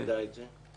מתי נדע את זה?